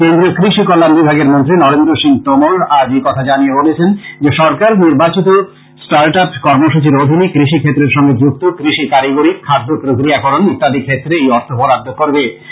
কেন্দ্রীয় কৃষি কল্যাণ বিভাগের মন্ত্রী নরেন্দ্র সিং তোমর আজ এই কথা জানিয়ে বলেছেন যে সরকার নির্বাচিত ষ্টারট আপ কর্মসূচীর অধীনে কৃষি ক্ষেত্রের সঙ্গে যুক্ত কৃষি কারিগরী খাদ্য প্রক্রীয়াকরণ ইত্যাদি ক্ষেত্রে এই অর্থ বরাদ্দ করবে